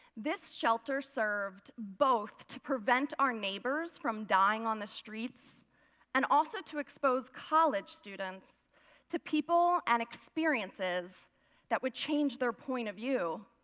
this shelter served both to prevent our neighbors from dying on the streets and also to expose college students to people and experiences that would change their point of view.